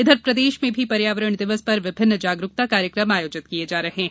इधर प्रदेश में भी पर्यावरण दिवस पर विभिन्न जागरूकता कार्यकम आयोजित किये जा रहे हैं